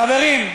חברים,